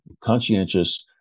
conscientious